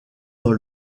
dans